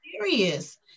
serious